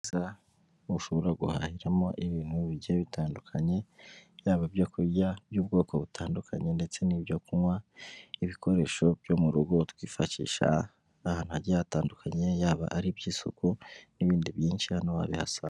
Ushobora guhahiramo ibintu bigiye bitandukanye, byaba ibyo kurya by'ubwoko butandukanye, ndetse n'ibyo kunywa, ibikoresho byo mu rugo twifashisha ahantu hagiye hatandukanye, yaba ari iby'isuku n'ibindi byinshi wabihasanga.